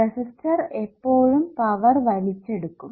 resistor എപ്പോഴും power വലിച്ചെടുക്കും